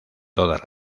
todas